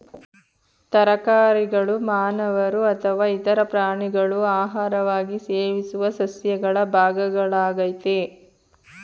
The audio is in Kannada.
ತರಕಾರಿಗಳು ಮಾನವರು ಅಥವಾ ಇತರ ಪ್ರಾಣಿಗಳು ಆಹಾರವಾಗಿ ಸೇವಿಸುವ ಸಸ್ಯಗಳ ಭಾಗಗಳಾಗಯ್ತೆ